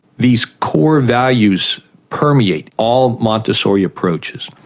these core values permeate all montessori approaches.